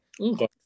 Okay